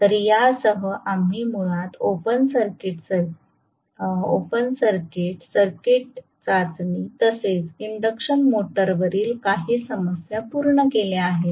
तर यासह आम्ही मुळात ओपन सर्किट शॉर्ट सर्किट चाचणी तसेच इंडक्शन मोटरवरील काही समस्या पूर्ण केल्या आहेत